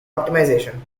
optimization